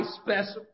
special